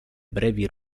brevi